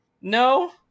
no